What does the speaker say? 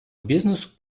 бізнесу